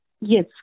Yes